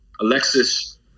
alexis